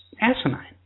asinine